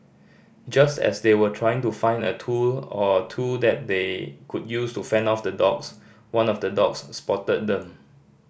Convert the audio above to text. just as they were trying to find a tool or two that they could use to fend off the dogs one of the dogs spotted them